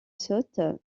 saute